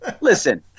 Listen